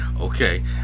Okay